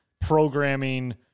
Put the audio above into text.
programming